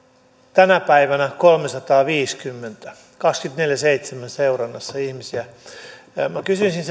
tänä päivänä on kolmesataaviisikymmentä ihmistä kaksikymmentäneljä kautta seitsemän seurannassa kysyisin